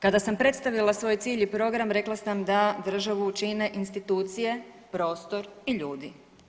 Kada sam predstavila svoj cilj i program rekla sam da državu čine institucije, prostor i ljudi.